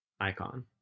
Icon